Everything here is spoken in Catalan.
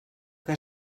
que